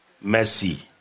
Mercy